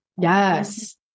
Yes